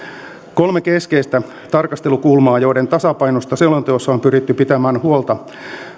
kolme keskeistä tarkastelukulmaa joiden tasapainosta selonteossa on pyritty pitämään huolta